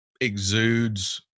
exudes